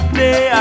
day